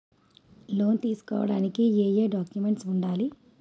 Loan తీసుకోడానికి ఏయే documents వుండాలి?